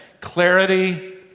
clarity